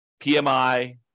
PMI